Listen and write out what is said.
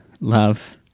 love